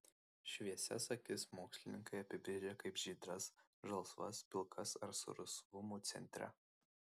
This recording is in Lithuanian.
šviesias akis mokslininkai apibrėžia kaip žydras žalsvas pilkas ar su rusvumu centre